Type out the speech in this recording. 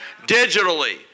Digitally